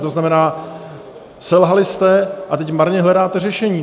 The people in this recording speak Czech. To znamená, selhali jste a teď marně hledáte řešení.